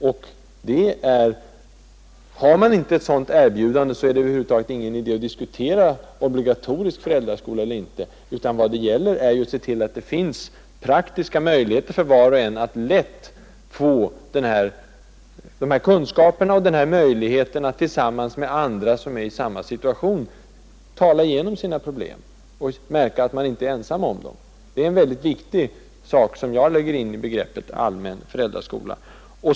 Och har man inte ett sådant erbjudande är det ju över huvud taget ingen idé att diskutera om obligatorisk föräldraskola eller inte. Vad det gäller är ju att se till att det finns praktiska möjligheter för var och en att lätt få dessa kunskaper och möjligheter att tillsammans med andra, som befinner sig i samma situation, tala igenom problemen och erfara att man inte är ensam om dem. Det är en mycket viktig sak, som jag lägger in i begreppet allmän föräldraskola.